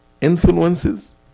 influences